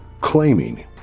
claiming